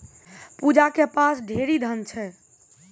पूजा के पास ढेरी धन छै